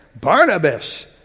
Barnabas